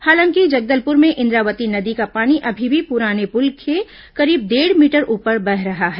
हालांकि जगदलपुर में इंद्रावती नदी का पानी अभी भी पुराने पुल से करीब डेढ़ मीटर ऊपर बह रहा है